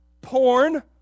Porn